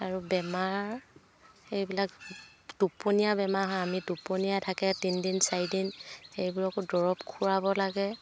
আৰু বেমাৰ সেইবিলাক টোপনীয়া বেমাৰ হয় আমি টোপনীয়াই থাকে তিনদিন চাৰিদিন সেইবোৰকো দৰৱ খোৱাব লাগে